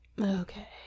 Okay